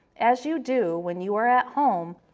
as you do when you are at home,